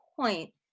point